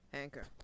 anchor